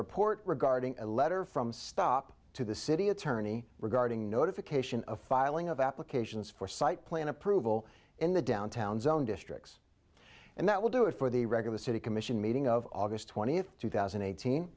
report regarding a letter from stop to the city attorney regarding notification of filing of applications for site plan approval in the downtown zone districts and that will do it for the record the city commission meeting of aug twentieth two thousand and eighteen